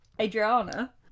Adriana